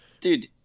Dude